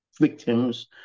victims